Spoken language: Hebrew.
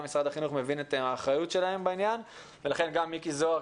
גם משרד החינוך מבין את האחריות שלו בעניין ולכן גם מיקי זוהר